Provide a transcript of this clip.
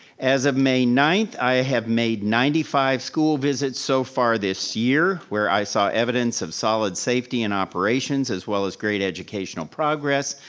as of may ninth, i have made ninety five school visits so far this year, where i saw evidence of solid safety and operations as well as great educational progress,